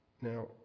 Now